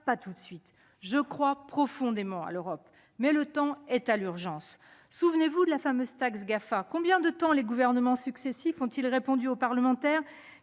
cas à brève échéance ! Je crois profondément à l'Europe, mais le temps est à l'urgence. Souvenez-vous de la fameuse taxe Gafam ! Pendant combien de temps les gouvernements successifs ont-ils répondu aux parlementaires